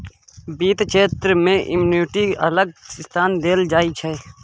बित्त क्षेत्र मे एन्युटि केँ अलग स्थान देल जाइ छै